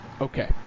Okay